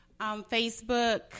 Facebook